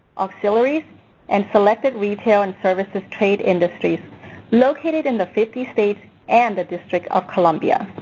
auxiliaries and selected retail and services trade industries located in the fifty states and the district of columbia.